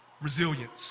Resilience